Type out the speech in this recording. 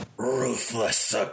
ruthless